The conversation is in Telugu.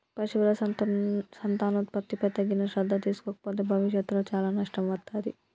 పశువుల సంతానోత్పత్తిపై తగిన శ్రద్ధ తీసుకోకపోతే భవిష్యత్తులో చాలా నష్టం వత్తాది